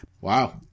Wow